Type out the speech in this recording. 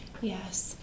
Yes